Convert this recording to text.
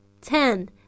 Ten